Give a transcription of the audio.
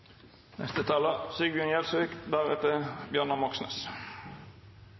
Neste talar er Bjørnar Moxnes.